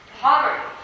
Poverty